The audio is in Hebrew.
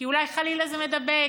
כי אולי חלילה זה מידבק.